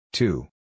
Two